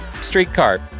streetcar